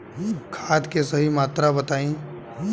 खाद के सही मात्रा बताई?